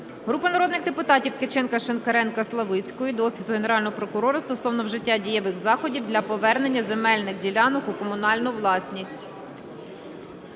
Групи народних депутатів (Ткаченка, Шинкаренка, Славицької) до Офісу Генерального прокурора стосовно вжиття дієвих заходів для повернення земельних ділянок у комунальну власність.